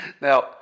Now